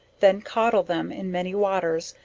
then codle them in many waters,